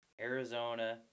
Arizona